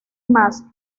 más